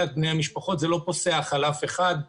זה לא פוסח על אף אחד,